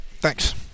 Thanks